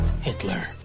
Hitler